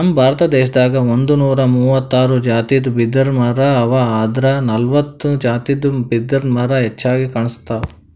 ನಮ್ ಭಾರತ ದೇಶದಾಗ್ ಒಂದ್ನೂರಾ ಮೂವತ್ತಾರ್ ಜಾತಿದ್ ಬಿದಿರಮರಾ ಅವಾ ಆದ್ರ್ ನಲ್ವತ್ತ್ ಜಾತಿದ್ ಬಿದಿರ್ಮರಾ ಹೆಚ್ಚಾಗ್ ಕಾಣ್ಸ್ತವ್